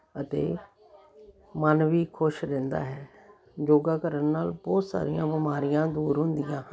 ਅਤੇ ਮਨ ਵੀ ਖੁਸ਼ ਰਹਿੰਦਾ ਹੈ ਯੋਗਾ ਕਰਨ ਨਾਲ ਬਹੁਤ ਸਾਰੀਆਂ ਬਿਮਾਰੀਆਂ ਦੂਰ ਹੁੰਦੀਆਂ ਹਨ